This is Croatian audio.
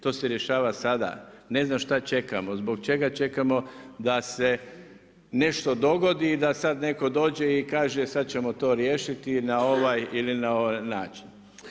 To se rješava sada, ne znam šta čekamo, zbog čega čekamo da se nešto dogodi, da sad netko dođe i kaže sad ćemo to riješiti na ovaj ili na onaj način.